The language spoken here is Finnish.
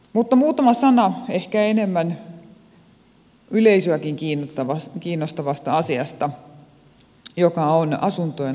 mutta muutama sana ehkä enemmän yleisöäkin kiinnostavasta asiasta joka on asuntojen lainakatto